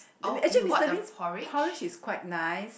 actually Mister Bean's porridge is quite nice